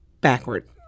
backward